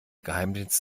geheimdienst